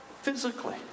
Physically